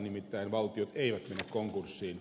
nimittäin valtiot eivät mene konkurssiin